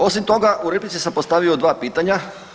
Osim toga, u replici sam postavio dva pitanja.